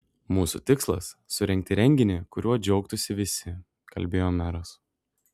mūsų tikslas surengti renginį kuriuo džiaugtųsi visi kalbėjo meras